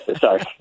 Sorry